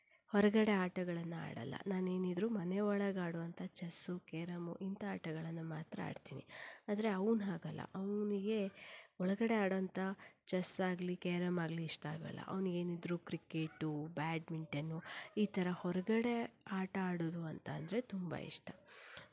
ಹೊರಗಡೆ ಆಟಗಳನ್ನು ಆಡಲ್ಲ ನಾನೇನಿದ್ರೂ ಮನೆಯೊಳಗಾಡುವಂಥ ಚೆಸ್ಸು ಕೇರಮೂ ಇಂಥ ಆಟಗಳನ್ನು ಮಾತ್ರ ಆಡ್ತೀನಿ ಆದರೆ ಅವನು ಹಾಗಲ್ಲ ಅವನಿಗೆ ಒಳಗಡೆ ಆಡೊಂಥ ಚೆಸ್ ಆಗಲಿ ಕೇರಮ್ ಆಗಲಿ ಇಷ್ಟ ಆಗಲ್ಲ ಅವ್ನಿಗೇನಿದ್ರು ಕ್ರಿಕೆಟ್ ಬ್ಯಾಡ್ಮಿಂಟನ್ ಈ ಥರ ಹೊರಗಡೆ ಆಟ ಆಡೋದು ಅಂತ ಅಂದರೆ ತುಂಬ ಇಷ್ಟ